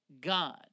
God